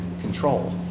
control